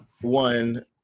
one